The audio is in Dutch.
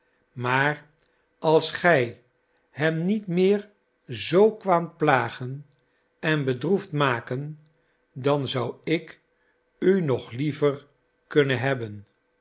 maar als gij hem niet meer zoo kwaamt plagen en bedroefd maken dan zou ik u nog liever kunnen hebben